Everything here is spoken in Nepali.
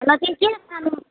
हन के के सानो